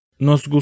Nos